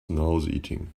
nauseating